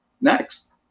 Next